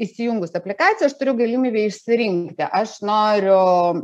įsijungus aplikaciją aš turiu galimybę išsirinkti aš noriu